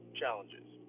challenges